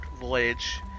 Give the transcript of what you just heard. voyage